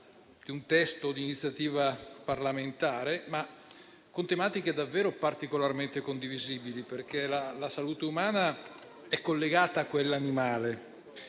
di un testo di iniziativa parlamentare, ma con tematiche davvero particolarmente condivisibili, perché la salute umana è collegata a quella animale